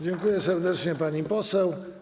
Dziękuję serdecznie, pani poseł.